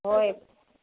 ꯍꯣꯏ